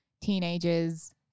teenagers